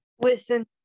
Listen